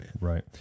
Right